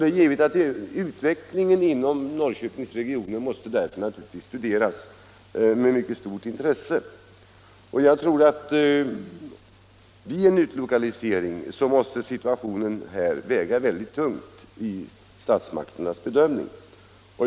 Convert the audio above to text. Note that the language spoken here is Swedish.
Det är givet att utvecklingen inom Norrköpingsregionen måste studeras mycket noga vid en utlokalisering. Norrköpings problem måste då väga mycket tungt i statsmakternas bedömning.